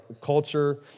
culture